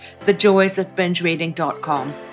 thejoysofbingereading.com